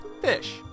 fish